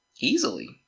Easily